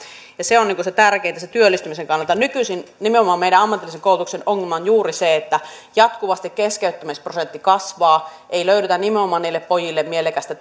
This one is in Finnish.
ja se on tärkeintä sen työllistymisen kannalta nykyisin nimenomaan meidän ammatillisen koulutuksen ongelma on juuri se että jatkuvasti keskeyttämisprosentti kasvaa ei löydetä nimenomaan niille pojille mielekästä